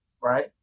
right